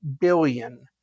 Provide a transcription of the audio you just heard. billion